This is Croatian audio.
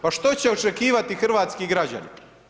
Pa što će očekivati hrvatski građani?